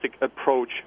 approach